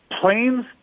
planes